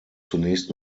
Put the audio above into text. zunächst